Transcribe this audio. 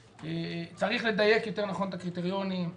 צריך לדייק יותר נכון את הקריטריונים.